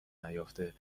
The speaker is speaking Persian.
نیافته